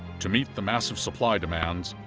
to meet the massive supply demands,